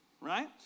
Right